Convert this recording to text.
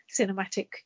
cinematic